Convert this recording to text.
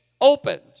opened